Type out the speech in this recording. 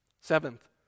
Seventh